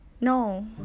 no